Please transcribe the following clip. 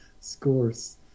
scores